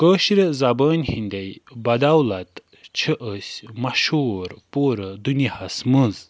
کٲشِرِ زبٲنۍ ہِنٛدے بدولَت چھِ أسۍ مشہوٗر پوٗرٕ دُنیاہَس منٛز